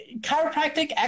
chiropractic